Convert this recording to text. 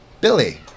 Billy